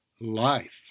life